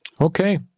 Okay